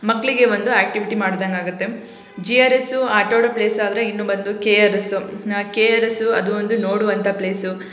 ಮಕ್ಕಳಿಗೆ ಒಂದು ಆ್ಯಕ್ಟಿವಿಟಿ ಮಾಡಿದಂಗಾಗತ್ತೆ ಜಿ ಆರ್ ಎಸ್ಸು ಆಟಾಡೋ ಪ್ಲೇಸ್ ಆದರೆ ಇನ್ನು ಬಂದು ಕೆ ಆರ್ ಎಸ್ಸು ನಾ ಕೆ ಆರ್ ಎಸ್ಸು ಅದು ಒಂದು ನೋಡುವಂಥ ಪ್ಲೇಸು